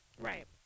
Right